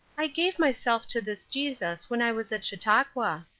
i gave myself to this jesus when i was at chautauqua,